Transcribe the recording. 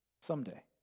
someday